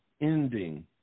ending